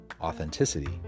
authenticity